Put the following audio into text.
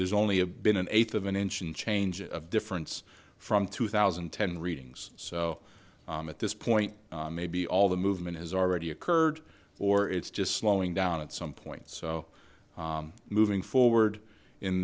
there's only a been an eighth of an inch and change of difference from two thousand and ten readings so at this point maybe all the movement has already occurred or it's just slowing down at some point so moving forward in